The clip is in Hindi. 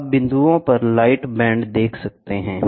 आप बिंदुओं पर लाइट बैंड देखते हैं